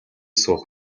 суух